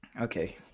Okay